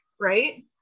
right